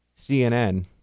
CNN